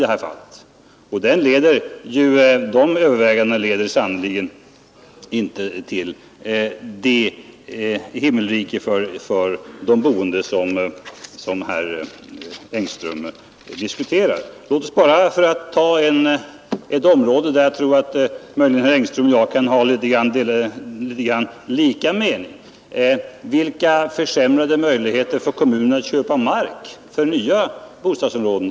Tar man med denna leder övervägandena inte till det himmelrike för de boende som herr Engström menar skulle uppstå. Låt oss bara, för att ta ett område där jag möjligen tror att herr Engström och jag kan ha i viss utsträckning överensstämmande mening: kommunens möjligheter att köpa mark för nya bostadsområden.